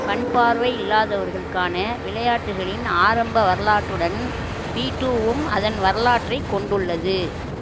கண்பார்வை இல்லாதவர்களுக்கான விளையாட்டுகளின் ஆரம்ப வரலாற்றுடன் பிடூவும் அதன் வரலாற்றைக் கொண்டுள்ளது